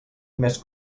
més